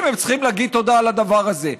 אם הם צריכים להגיד תודה על הדבר הזה.